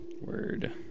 Word